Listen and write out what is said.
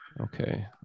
Okay